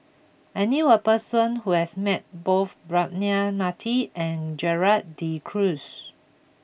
I knew a person who has met both Braema Mathi and Gerald De Cruz